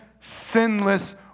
sinless